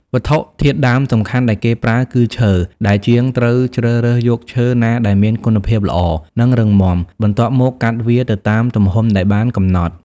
វត្ថុធាតុដើមសំខាន់ដែលគេប្រើគឺ ឈើ ដែលជាងត្រូវជ្រើសរើសយកឈើណាដែលមានគុណភាពល្អ និងរឹងមាំ បន្ទាប់មកកាត់វាទៅតាមទំហំដែលបានកំណត់។